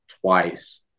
twice